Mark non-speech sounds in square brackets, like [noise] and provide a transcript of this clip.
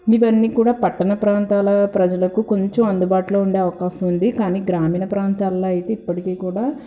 [unintelligible] కూడా పట్టాన ప్రాంతాల ప్రజలకు కొంచెం అందుబాటులో ఉండే అవకాశముంది కానీ గ్రామీణ ప్రాంతాల్లో అయితే ఇప్పటికి కూడా